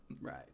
Right